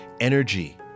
Energy